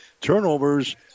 turnovers